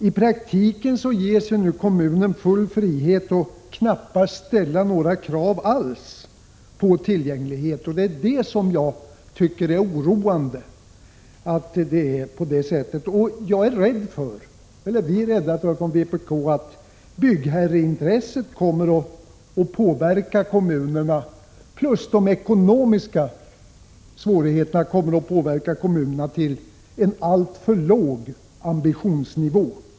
I praktiken ges nu kommunen full frihet att knappast alls ställa några krav på tillgänglighet, och det tycker jag är oroande. Vi från vpk är rädda för att byggherreintresset och de ekonomiska svårigheterna kommer att påverka kommunerna till en alltför låg ambitionsnivå.